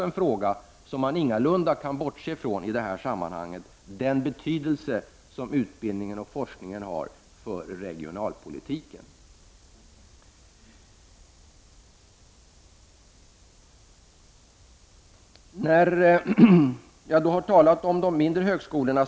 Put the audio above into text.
En fråga som maninte kan bortse från i det här sammanhanget är ju frågan om vilken betydelse som utbildningen och forskningen har för regionalpolitiken. Jag har talat om de mindre högskolorna.